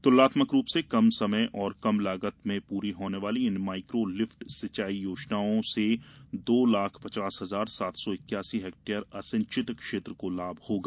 तुलनात्मक रूप से कम समय और कम लागत में पूरी होने वाली इन माइक्रो ॅलिफ्ट सिंचाई योजनाओं से दो लाख पचास हजार सात सौ इक्यासी हेक्टेयर असिंचित क्षेत्र को लाभ होगा